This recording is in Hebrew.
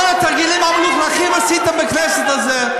כל התרגילים המלוכלכים עשיתם בכנסת הזאת.